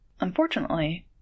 Unfortunately